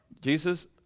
Jesus